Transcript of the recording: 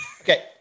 Okay